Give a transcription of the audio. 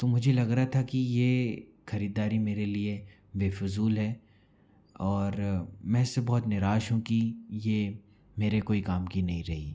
तो मुझे लग रहा था कि ये खरीदारी मेरे लिए बेफिजूल है और मैं उससे बहुत निराश हूँ कि यह मेरे कोई काम की नहीं रही